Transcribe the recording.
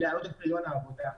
ולהעלות את פריון העבודה.